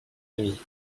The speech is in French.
ami